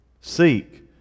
seek